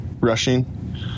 rushing